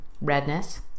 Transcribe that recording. redness